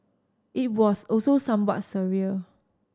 it was also somewhat surreal